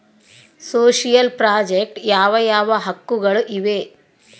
Social project ಯಾವ ಯಾವ ಹಕ್ಕುಗಳು ಇವೆ?